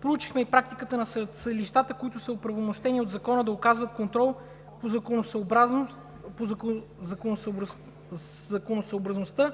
Получихме и практиката на съдилищата, които са оправомощени от закона да оказват контрол по законосъобразността